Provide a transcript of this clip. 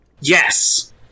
Yes